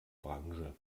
branche